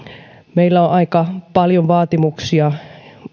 meillä on oikeastaan aika paljon vaatimuksia